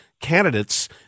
candidates